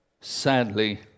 sadly